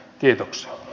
kiitoksia